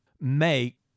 make